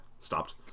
stopped